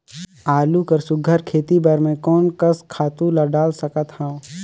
आलू कर सुघ्घर खेती बर मैं कोन कस खातु ला डाल सकत हाव?